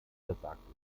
versagt